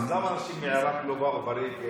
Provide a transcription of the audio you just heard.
אז למה אנשים מעיראק לא באו ברגל,